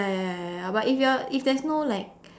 ya ya ya ya ya but you're if there's no like